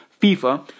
FIFA